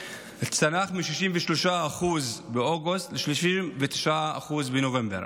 צנח מ-63% באוגוסט ל-39% בנובמבר.